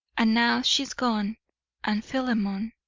and now she is gone and philemon